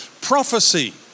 prophecy